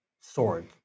sword